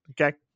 okay